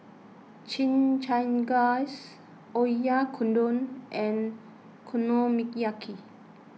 Chimichangas Oyakodon and Okonomiyaki